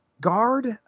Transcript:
guard